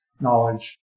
knowledge